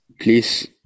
Please